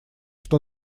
что